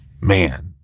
man